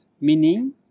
meaning